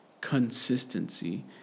consistency